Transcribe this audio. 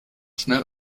schnell